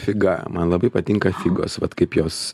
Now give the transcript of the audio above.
figa man labai patinka figos vat kaip jos